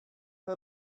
for